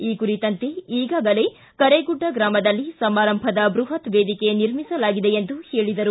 ಈ ಕುರಿತಂತೆ ಈಗಾಗಲೆ ಕರೇಗುಡ್ಡ ಗ್ರಾಮದಲ್ಲಿ ಸಮಾರಂಭದ ಬೃಹತ್ ವೇದಿಕೆ ನಿರ್ಮಿಸಲಾಗಿದೆ ಎಂದರು